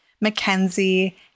Mackenzie